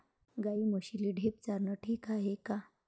गाई म्हशीले ढेप चारनं ठीक हाये का?